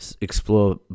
explore